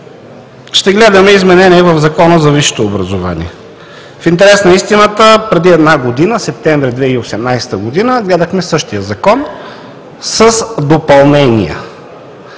ще гледаме изменения в Закона за висшето образование. В интерес на истината, преди една година – месец септември 2018 г., гледахме същия закон с допълнения.